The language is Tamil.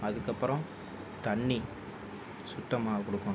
அதுக்கு அப்புறம் தண்ணி சுத்தமாக கொடுக்கணும்